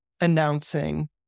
announcing